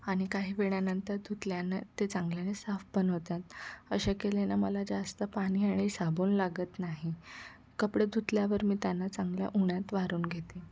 आणि काही वेळानंतर धुतल्यानं ते चांगल्याने साफ पण होतात असे केल्यानं मला जास्त पाणी आणि साबण लागत नाही कपडे धुतल्यावर मी त्यांना चांगलं उन्हात वाळून घेते